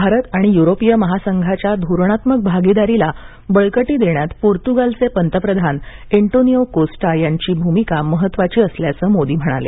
भारत आणि युरोपीय महासंघाच्या धोरणात्मक भागीदारीला बळकटी देण्यात पोर्तुगालचे पंतप्रधान एंटोनिओ कोस्टा यांची भूमिका महत्वाची असल्याचं मोदी म्हणाले